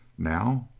now?